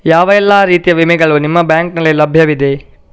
ಯಾವ ಎಲ್ಲ ರೀತಿಯ ವಿಮೆಗಳು ನಿಮ್ಮ ಬ್ಯಾಂಕಿನಲ್ಲಿ ಲಭ್ಯವಿದೆ?